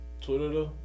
Twitter